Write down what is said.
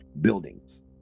buildings